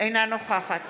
אינה נוכחת